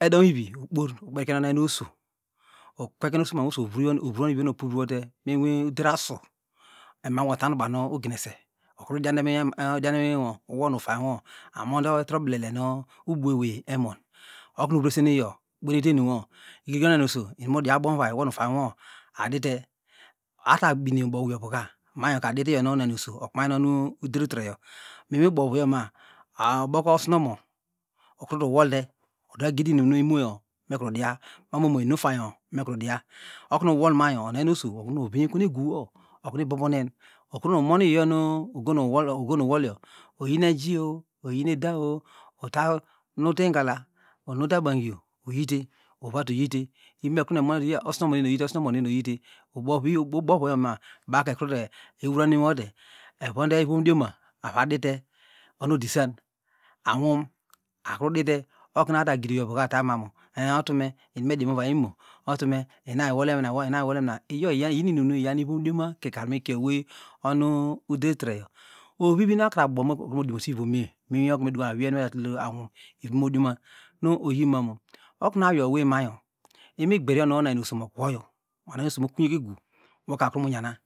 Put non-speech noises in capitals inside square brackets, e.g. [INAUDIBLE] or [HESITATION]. edown ivikporkperiken onanyaneweiy oso nekweken oso oso unintelligent oso opuvriwote inwiuder asu emanwo otambanu uginese okru [HESITATION] idiante irurimo wo nu ufanyiro amonde treoble mu ubuawey emon okunuvresen iyo ukpenete eniwo igrigenonauniso inunadia abomuray woni ufamwo adite ababine mubo owiovuka manyo ka adite iyonu onyameweyso okwnany nu udertreyo minwibovioma boko osmomo ukrutuwole udatagidivnirm nu innoyo ekrudia mormo inumnu ufaniya krudia okuniurobrayo onamyomeuey oso okwruru oveyenlewon eguwo okunu ibobonen okon nu omoniyo onu ugo nu ugomu nolio oyin ejiyo oyin edao utanute ngala nute ebangio uyite iwatunyite ino ekru monde osnomoneni oyite ubori ubovuyo ma bawka ekrute ewuranwote evoride ivomdioma evadite onu odisom anwum akrudite okunu atagidimuvary imo otume inainolema inaiuolema iyo iyinuinun iyam ivomdioma kikari mikieowey onu udertreyo ovivinu okrabo mo oliomose ivomemi inwiokimu meduko auriye nu motalul aniwim okunu awiye owimayo imigberayo onanyeneweyso mokwo onanyanewey mokunyeke egu woka ukru mu nyama